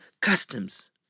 customs